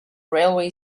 railway